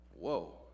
Whoa